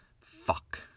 Fuck